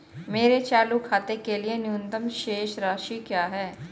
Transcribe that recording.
मेरे चालू खाते के लिए न्यूनतम शेष राशि क्या है?